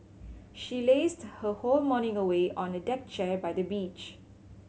she lazed her whole morning away on a deck chair by the beach